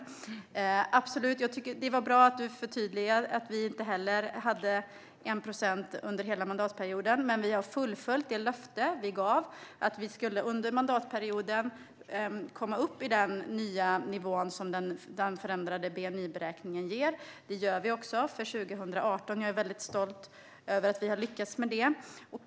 Jag tycker att det är bra att du förtydligar att vi inte heller har haft 1 procent under hela mandatperioden, Sofia. Vi har dock fullföljt det löfte vi gav, nämligen att vi under mandatperioden skulle komma upp i den nya nivå som den förändrade bni-beräkningen ger. Det gör vi också för 2018, och jag är väldigt stolt över att vi har lyckats med det.